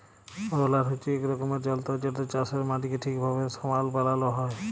roller হছে ইক রকমের যল্তর যেটতে চাষের মাটিকে ঠিকভাবে সমাল বালাল হ্যয়